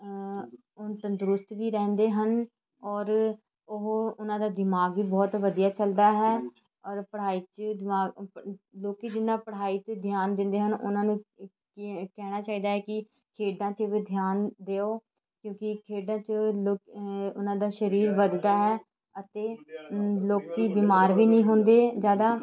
ਉਨ ਤੰਦਰੁਸਤ ਵੀ ਰਹਿੰਦੇ ਹਨ ਔਰ ਉਹ ਉਹਨਾਂ ਦਾ ਦਿਮਾਗ ਵੀ ਬਹੁਤ ਵਧੀਆ ਚਲਦਾ ਹੈ ਔਰ ਪੜ੍ਹਾਈ 'ਚ ਦਿਮਾਗ ਲੋਕ ਜਿੰਨਾ ਪੜ੍ਹਾਈ 'ਤੇ ਧਿਆਨ ਦਿੰਦੇ ਹਨ ਉਹਨਾਂ ਨੂੰ ਕ ਕਹਿਣਾ ਚਾਹੀਦਾ ਹੈ ਕਿ ਖੇਡਾਂ ਚ ਵੀ ਧਿਆਨ ਦਿਉ ਕਿਉਂਕਿ ਖੇਡਾਂ 'ਚ ਲੋ ਉਹਨਾਂ ਦਾ ਸਰੀਰ ਵੱਧਦਾ ਹੈ ਅਤੇ ਲੋਕ ਬਿਮਾਰ ਵੀ ਨਹੀਂ ਹੁੰਦੇ ਜ਼ਿਆਦਾ